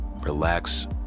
relax